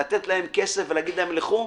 לתת להם כסף ולהגיד להם ללכת?